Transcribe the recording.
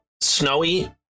snowy